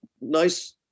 nice